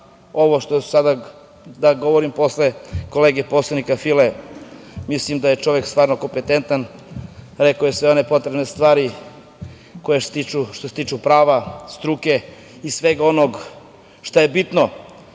ovo što sada govorim posle kolege poslanika File, mislim da je čovek stvarno kompetentan. Rekao je sve one potrebne stvari koje se tiču prava, struke i svega onoga što je bitno.